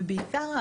ובעיקר,